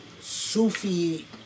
Sufi